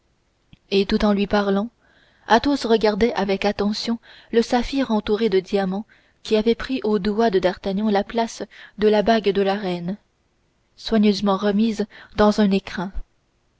et tout en lui parlant athos regardait avec attention le saphir entouré de diamants qui avait pris au doigt de d'artagnan la place de la bague de la reine soigneusement remise dans un écrin